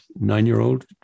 nine-year-old